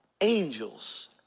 Angels